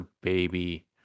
baby